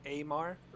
Amar